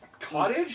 cottage